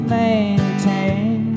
maintain